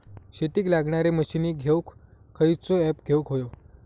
शेतीक लागणारे मशीनी घेवक खयचो ऍप घेवक होयो?